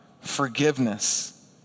forgiveness